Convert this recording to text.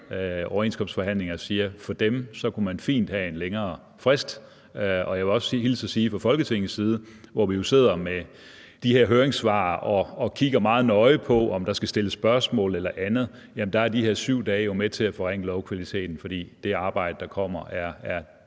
overenskomstforhandlinger, siger, at for dem kunne man fint have en længere frist. Jeg vil også fra Folketingets side, hvor vi jo sidder med de her høringssvar og kigger meget nøje på, om der skal stilles spørgsmål eller andet, hilse og sige, at de her 7 dage jo er med til at forringe lovkvaliteten, for det arbejde, der kommer, er